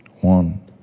One